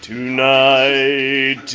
Tonight